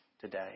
today